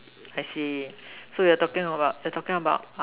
I see so you are talking about you are talking about what